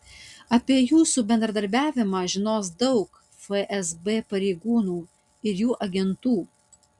apie jūsų bendradarbiavimą žinos daug fsb pareigūnų ir jų agentų